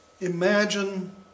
imagine